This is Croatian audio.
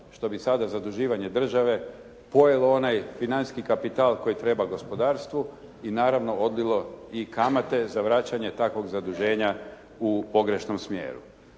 što bi sada zaduživanje države pojelo onaj financijski kapital koji treba gospodarstvu i naravno odbilo i kamate za vraćanje takvog zaduženja u pogrešnom smjeru.